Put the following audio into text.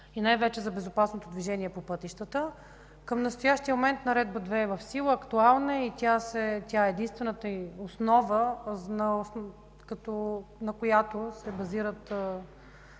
и най-вече за безопасното движение по пътищата. Към настоящия момент Наредба № 2 е в сила, актуална и е единствената основа, на която се базират